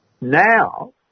Now